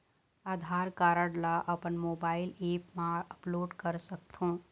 आधार card ला अपन mobile app मा अपलोड कर सकथों?